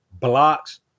blocks